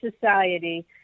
society